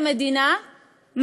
כמדינה,